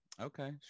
okay